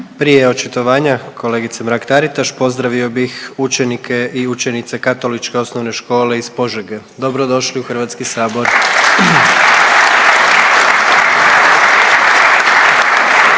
Prije očitovanja kolegice Mrak-Taritaš pozdravio bih učenike i učenice Katoličke OŠ iz Požege, dobro došli u HS …/Pljesak/….